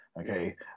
okay